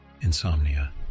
insomnia